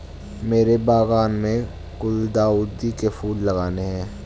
मेरे बागान में गुलदाउदी के फूल लगाने हैं